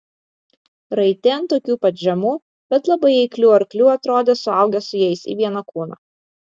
raiti ant tokių pat žemų bet labai eiklių arklių atrodė suaugę su jais į vieną kūną